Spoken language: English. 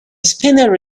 spinner